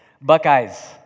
Buckeyes